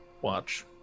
watch